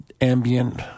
ambient